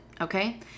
okay